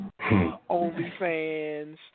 OnlyFans